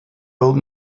old